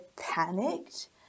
panicked